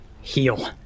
Heal